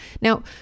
Now